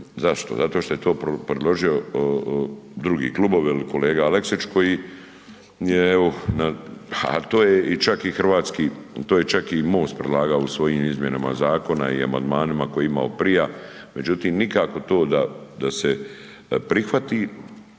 Zašto? Zato što je to predložio drugi klubovi ili kolega Aleksić, koji je evo, ali to je i čak i hrvatski, to je MOST predlagao u svojim izmjenama zakona i amandmanima koje je imao prije, međutim nikako to da se prihvati,